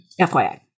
FYI